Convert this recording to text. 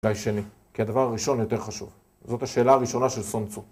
די שני, כי הדבר הראשון יותר חשוב, זאת השאלה הראשונה של סונצו.